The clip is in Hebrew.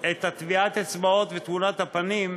את טביעת האצבעות ותמונת הפנים,